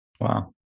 Wow